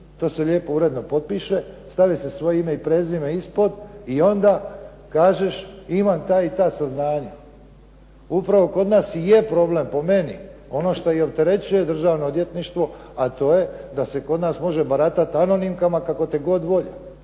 To se lijepo uredno potpiše, stavi se svoje ime i prezime ispod i onda kažeš imam ta i ta saznanja. Upravo kod nas i je problem po meni ono što i opterećuje Državno odvjetništvo, a to je da se kod nas može baratati anonimkama kako te god volja.